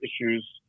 issues